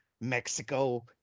Mexico